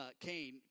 Cain